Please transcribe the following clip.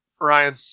Ryan